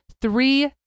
three